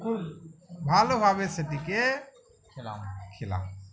খুব ভালোভাবে সেটিকে খেলাম খেলাম